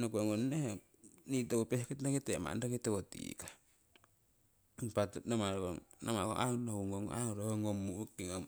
nokongong nehe nii toku pehkitanokite manni tiwo tikah, impa namarong nohurung nong aii manni ho ngong muuhking.